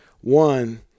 one